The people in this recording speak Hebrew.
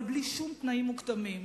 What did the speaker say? אבל בלי שום תנאים מוקדמים.